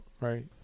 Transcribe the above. right